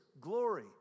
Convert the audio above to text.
glory